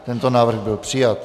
Tento návrh byl přijat.